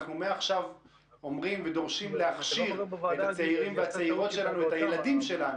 מעכשיו אנחנו דורשים להכשיר את הילדים שלנו,